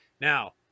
now